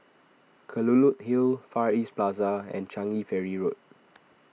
Kelulut Hill Far East Plaza and Changi Ferry Road